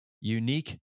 unique